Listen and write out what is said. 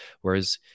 Whereas